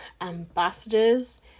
ambassadors